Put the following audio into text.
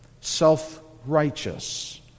self-righteous